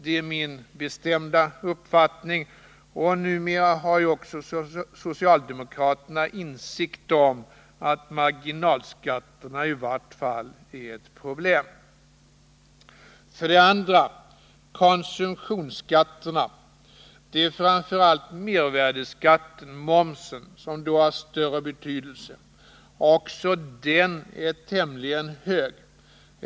Det är min bestämda uppfattning, och numera har ju också socialdemokraterna insikt om att marginalskatterna i vart fall är ett problem. 2. Konsumtionsskatterna. Det är framför allt mervärdeskatten, momsen, som har större betydelse. Också den är tämligen hög.